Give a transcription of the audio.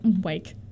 wake